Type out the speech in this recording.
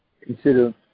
consider